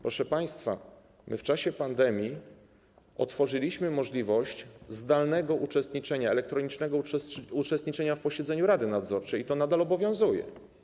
Proszę państwa, my w czasie pandemii otworzyliśmy możliwość zdalnego uczestniczenia, elektronicznego uczestniczenia w posiedzeniu rady nadzorczej, i to nadal obowiązuje.